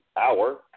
Hour